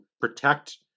protect